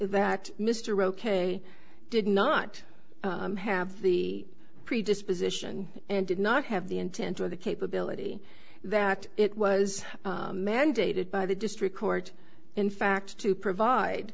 that mr ok did not have the predisposition and did not have the intent or the capability that it was mandated by the district court in fact to provide